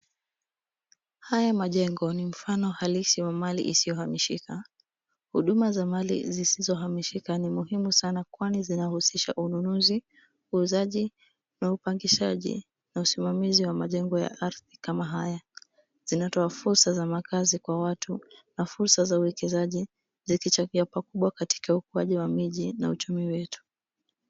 Haya majengo ni mfano halisi wa mali isiyohamishika. Huduma za mali zisizohamishika ni muhimu sana kwani zinahusisha ununuzi, uuzaji, upangishaji na usimamizi wa majengo ya ardhi kama haya. Zinatoa fursa za makazi kwa watu na fursa za uwekezaji, zikichangia pakubwa katika ukuaji wa miji na uchumi wetu.